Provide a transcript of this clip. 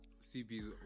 CBs